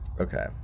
Okay